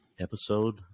Episode